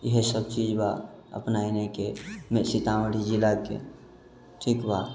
इहेसभ चीज बा अपना एन्हेके सीतामढ़ी जिलाके ठीक बा